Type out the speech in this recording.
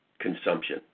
consumption